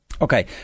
Okay